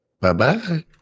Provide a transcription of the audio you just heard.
Bye-bye